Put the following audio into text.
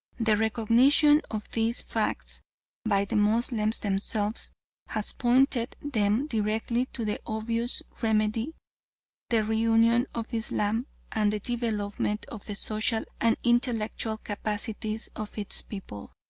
the recognition of these facts by the moslems themselves has pointed them directly to the obvious remedy the reunion of islam and the development of the social and intellectual capacities of its peoples.